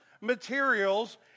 materials